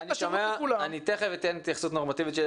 נותן את השירות לכולם --- אני תיכף אתן התייחסות נורמטיבית,